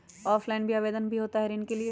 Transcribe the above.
Offline भी आवेदन भी होता है ऋण के लिए?